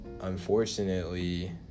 unfortunately